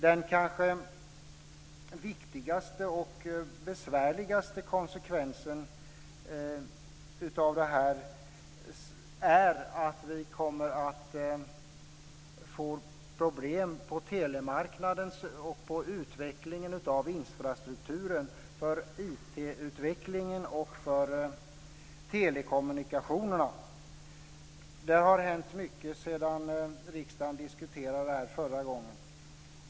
Den kanske viktigaste och besvärligaste konsekvensen av det här är att vi kommer att få problem på telemarknaden och för utvecklingen av infrastrukturen, för IT-utvecklingen och för telekommunikationerna. Där har det hänt mycket sedan riksdagen diskuterade det här förra gången.